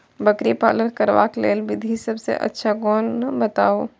बकरी पालन करबाक लेल विधि सबसँ अच्छा कोन बताउ?